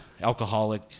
alcoholic